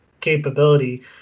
capability